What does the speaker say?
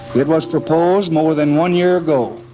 it was proposed more than one year ago